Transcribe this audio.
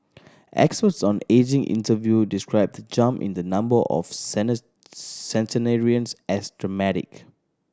experts on ageing interviewed described the jump in the number of centenarians as dramatic